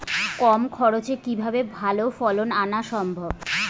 কম খরচে কিভাবে ভালো ফলন আনা সম্ভব?